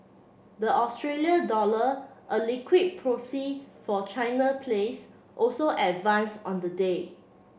the Australia dollar a liquid proxy for China plays also advanced on the day